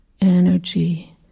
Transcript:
energy